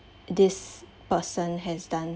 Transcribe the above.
this person has done